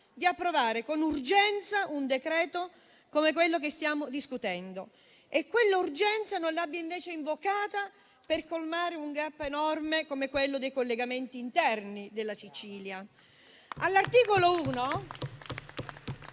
di approvare con urgenza un provvedimento come quello che stiamo discutendo e quell'urgenza non l'abbia invece invocata per colmare un *gap* enorme come quello dei collegamenti interni della Sicilia.